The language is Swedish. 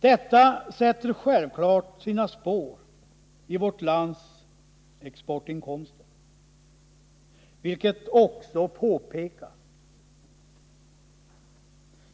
Detta sätter självklart sina spår i vårt lands exportinkomster, vilket också påpekas.